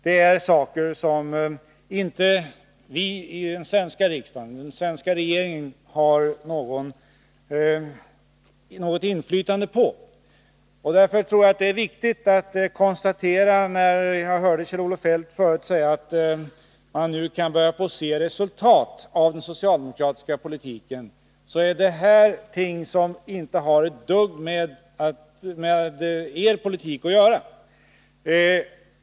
Det är saker som varken vi i den svenska riksdagen eller den svenska regeringen har något inflytande över. Kjell-Olof Feldt sade tidigare att man nu börjar se resultat av den socialdemokratiska politiken. Men då är det viktigt att konstatera att dessa ting inte har ett dugg med er politik att göra.